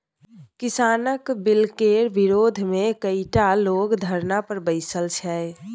किसानक बिलकेर विरोधमे कैकटा लोग धरना पर बैसल छै